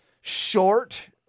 short